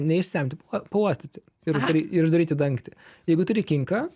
neišsemti pa pauostyti ir uždary ir uždaryti dangtį jeigu turi kinką